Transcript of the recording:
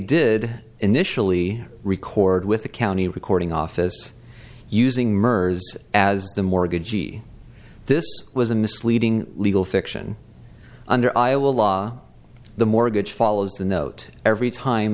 did initially record with the county recording office using mers as the mortgagee this was a misleading legal fiction under iowa law the mortgage follows the note every time